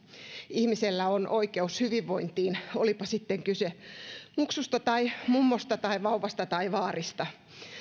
ihmisellä on oikeus hyvinvointiin olipa sitten kyse muksusta tai mummosta tai vauvasta tai vaarista